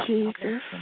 Jesus